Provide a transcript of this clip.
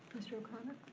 mr. o'connor.